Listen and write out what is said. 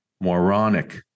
moronic